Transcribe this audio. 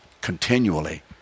continually